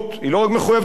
היא לא רק מחויבת המציאות,